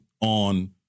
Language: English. on